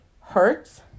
hurts